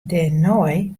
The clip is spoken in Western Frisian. dêrnei